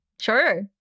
Sure